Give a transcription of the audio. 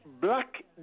Black